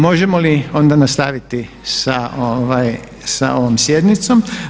Možemo li ovoga nastaviti sa ovom sjednicom.